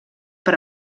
per